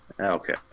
Okay